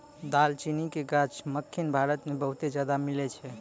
दालचीनी के गाछ दक्खिन भारत मे बहुते ज्यादा मिलै छै